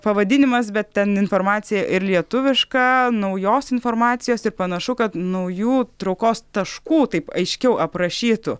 pavadinimas bet ten informacija ir lietuviška naujos informacijos ir panašu kad naujų traukos taškų taip aiškiau aprašytų